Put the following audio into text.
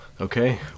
okay